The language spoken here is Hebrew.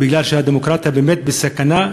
כי הדמוקרטיה באמת בסכנה,